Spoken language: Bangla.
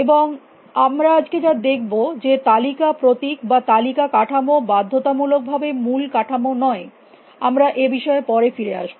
এবং আমরা আজকে যা দেখব যে তালিকা প্রতীক বা তালিকা কাঠামো বাধ্যতামূলক ভাবে মূল কাঠামো নয় আমরা এ বিষয়ে পরে ফিরে আসব